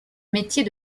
métier